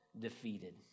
defeated